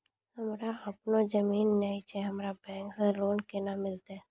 हमरा आपनौ जमीन नैय छै हमरा बैंक से लोन केना मिलतै?